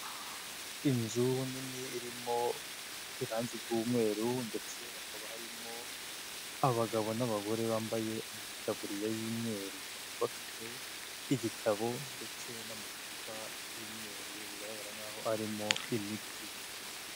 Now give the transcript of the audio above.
Inzu ubu nini irimo irangi ry'umweru ndetse hakaba harimo abagabo n'abagore bambaye amataburiya y'imyeru bakaba bafite igitabo ndetse n'amacupa y'imyeru bigaragara nk'aho arimo imiti.